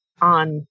on